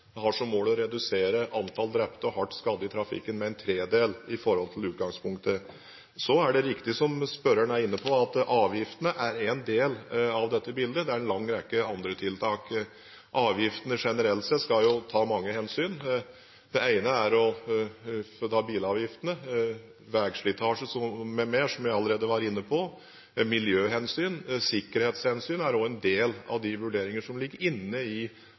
har som mål å redusere antall drepte og hardt skadde i trafikken med en tredel i forhold til utgangspunktet. Så er det riktig, som spørreren er inne på, at avgiftene er en del av dette bildet. Det er også en lang rekke andre tiltak. Avgiftene generelt sett skal ivareta mange hensyn. Det ene er – for å ta bilavgiftene – veislitasje m.m., som jeg allerede har vært inne på. Men miljøhensyn og sikkerhetshensyn er også en del av de vurderinger som er med når det gjelder utformingen av avgifter på biler. I